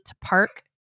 Park